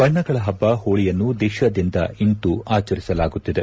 ಬಣ್ಣಗಳ ಹಬ್ಬ ಹೋಳಿಯನ್ನು ದೇಶಾದ್ಯಂತ ಇಂದು ಆಚರಿಸಲಾಗುತ್ತಿದೆ